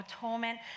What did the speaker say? torment